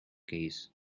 case